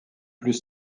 plus